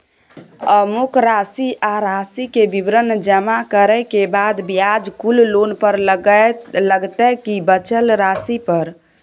अमुक राशि आ राशि के विवरण जमा करै के बाद ब्याज कुल लोन पर लगतै की बचल राशि पर?